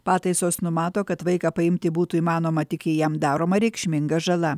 pataisos numato kad vaiką paimti būtų įmanoma tik jei jam daroma reikšminga žala